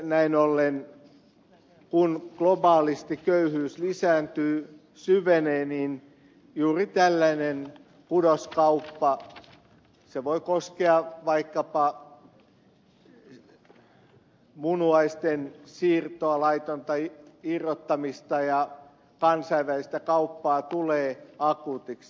näin ollen kun globaalisti köyhyys lisääntyy syvenee juuri tällainen kudoskauppa se voi koskea vaikkapa munuaisten siirtoa laitonta irrottamista ja kansainvälistä kauppaa tulee akuutiksi